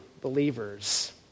believers